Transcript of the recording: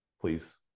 please